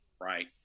Right